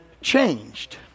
changed